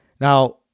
Now